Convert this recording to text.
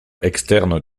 externe